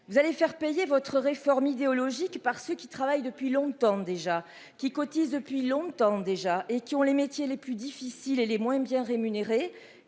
Vous allez faire payer votre réforme idéologique par ceux qui travaillent depuis longtemps déjà qui cotisent depuis longtemps déjà et qui ont les métiers les plus difficiles et les moins bien rémunérés